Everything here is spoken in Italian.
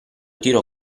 tiro